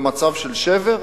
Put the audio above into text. במצב של שבר?